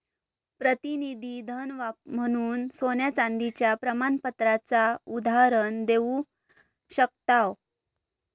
प्रतिनिधी धन म्हणून सोन्या चांदीच्या प्रमाणपत्राचा उदाहरण देव शकताव